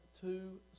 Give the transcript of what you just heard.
two